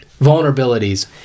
vulnerabilities